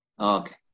Okay